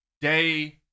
day